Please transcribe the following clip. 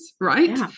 right